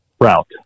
route